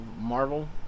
Marvel